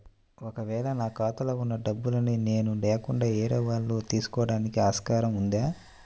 ఒక వేళ నా ఖాతాలో వున్న డబ్బులను నేను లేకుండా వేరే వాళ్ళు తీసుకోవడానికి ఆస్కారం ఉందా?